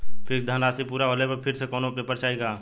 Fix धनराशी पूरा होले पर फिर से कौनो पेपर चाही का?